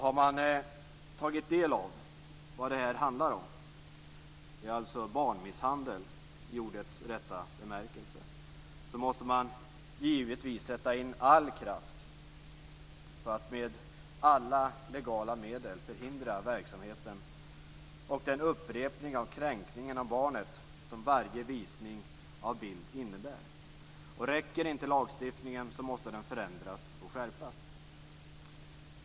Har man tagit del av vad detta handlar om, alltså barnmisshandel i ordets rätta bemärkelse, måste man givetvis sätta in all kraft på att med alla legala medel förhindra verksamheten och den upprepning av kränkningen av barnet som varje visning av bild innebär. Räcker inte lagstiftningen, måste den förändras och skärpas.